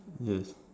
yes